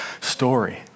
story